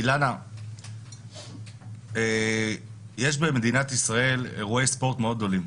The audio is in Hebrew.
אילנה, יש במדינת ישראל אירועי ספורט מאוד גדולים.